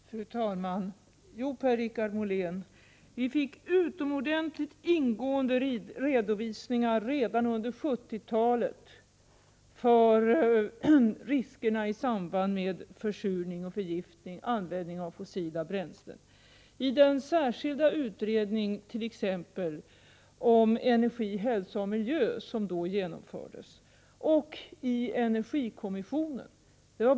Fru talman! Jo, Per-Richard Molén, vi fick utomordentligt ingående redovisningar redan under 1970-talet om riskerna för försurning och förgiftning i samband med användningen av fossila bränslen, t.ex. i den särskilda utredning om energi, hälsa och miljö som då genomfördes och i energikommissionen.